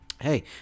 hey